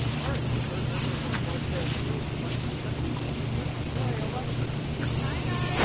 alright, a third member of our broadcast crew is alexis kennedy. she is here today, alexis. hey guys,